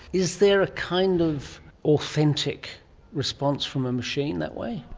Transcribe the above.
is there a kind of authentic response from a machine that way?